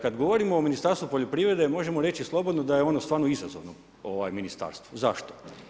Kad govorimo o Ministarstvu poljoprivrede, možemo reći slobodno da je ono stvarno izazovno ministarstvo, zašto?